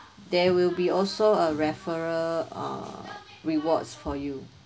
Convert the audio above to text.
there will be also a referral uh rewards for you